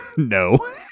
No